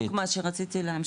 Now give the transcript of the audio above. זה בדיוק מה שרציתי להמשיך.